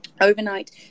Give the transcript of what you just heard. Overnight